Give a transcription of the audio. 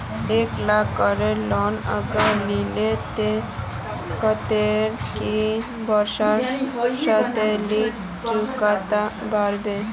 एक लाख केर लोन अगर लिलो ते कतेक कै बरश सोत ती चुकता करबो?